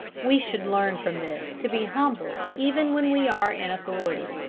we should learn from this to be humble even when we are in authority.